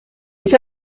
یکی